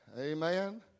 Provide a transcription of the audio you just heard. Amen